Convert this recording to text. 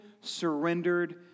surrendered